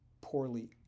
poorly